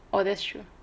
oh that's true